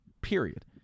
Period